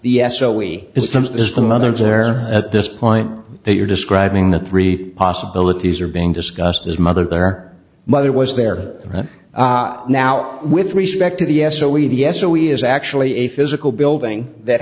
are at this point that you're describing the three possibilities are being discussed as mother their mother was there right now with respect to the s o e the s o e is actually a physical building that